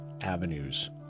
avenues